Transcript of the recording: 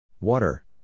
Water